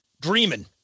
Dreaming